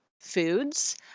foods